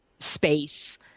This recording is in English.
Space